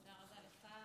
תודה רבה לך.